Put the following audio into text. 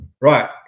Right